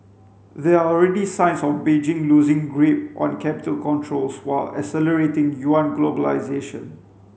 there are already signs of Beijing loosing grip on capital controls while accelerating yuan globalisation